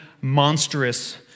monstrous